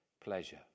pleasure